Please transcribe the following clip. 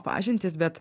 pažintys bet